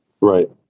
Right